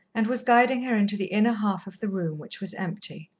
and was guiding her into the inner half of the room, which was empty.